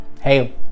hey